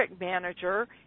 manager